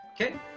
okay